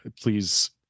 Please